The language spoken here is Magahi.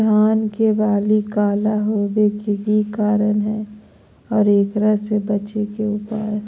धान के बाली काला होवे के की कारण है और एकरा से बचे के उपाय?